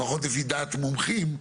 לפחות לפי דעת מומחים,